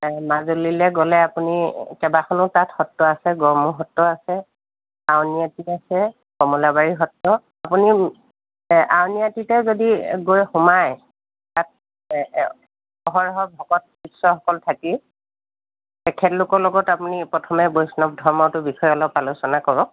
এই মাজুলিলৈ গ'লে আপুনি কেইবাখনো তাত সত্ৰ আছে গড়মূৰ সত্ৰ আছে আউনিআটী আছে কমলাবাৰী সত্ৰ আপুনি এই আউনিআটীতে যদি গৈ সোমায় তাত হয় হয় ভকত শিষ্যসকল থাকেই তেখেতলোকৰ লগত আপুনি প্ৰথমে বৈষ্ণৱ ধৰ্মটোৰ বিষয়ে অলপ আলোচনা কৰক